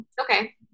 Okay